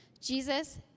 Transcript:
Jesus